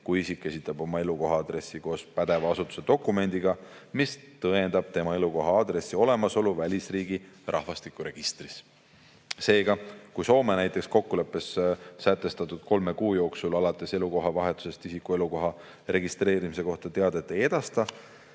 kui isik esitab oma elukoha aadressi koos pädeva asutuse dokumendiga, mis tõendab tema elukoha aadressi olemasolu välisriigi rahvastikuregistris. Seega, näiteks kui Soome kokkuleppes sätestatud kolme kuu jooksul alates elukohavahetusest isiku elukoha registreerimise kohta teadet ei edasta,